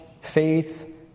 faith